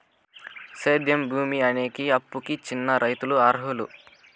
సేద్యం భూమి కొనేకి, అప్పుకి చిన్న రైతులు అర్హులా?